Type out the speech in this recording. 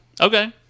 Okay